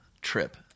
trip